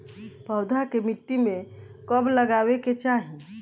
पौधा के मिट्टी में कब लगावे के चाहि?